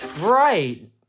Right